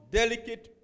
delicate